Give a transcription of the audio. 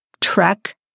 trek